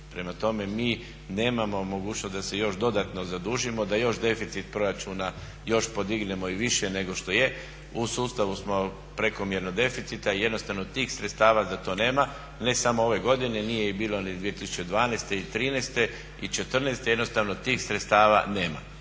Prema tome, mi nemamo mogućnost da se još dodatno zadužimo, da još deficit proračuna još podignemo i više nego što je. U sustavu smo prekomjernog deficita i jednostavno tih sredstava za to nema, ne samo ove godine. Nije ih bilo ni 2012. i 2013. i 2014. Jednostavno tih sredstava nema.